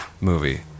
movie